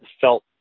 felt